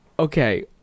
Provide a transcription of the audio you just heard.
Okay